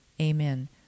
Amen